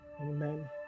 Amen